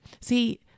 See